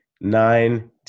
nine